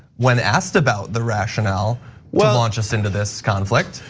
when asked about the rationale well, um just into this conflict.